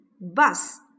bus